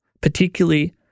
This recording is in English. particularly